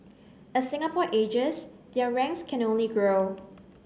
as Singapore ages their ranks can only grow